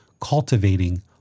cultivating